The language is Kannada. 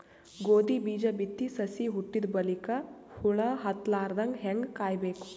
ಗೋಧಿ ಬೀಜ ಬಿತ್ತಿ ಸಸಿ ಹುಟ್ಟಿದ ಬಲಿಕ ಹುಳ ಹತ್ತಲಾರದಂಗ ಹೇಂಗ ಕಾಯಬೇಕು?